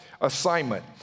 assignment